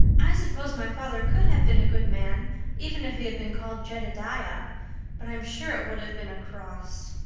i suppose my father could have been a good man even if he had been called jedediah but i'm sure it would have been a cross.